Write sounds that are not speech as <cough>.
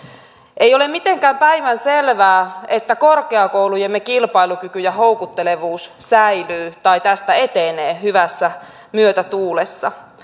ei ole mitenkään päivänselvää että korkeakoulujemme kilpailukyky ja houkuttelevuus säilyy tai tästä etenee hyvässä myötätuulessa <unintelligible>